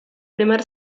primer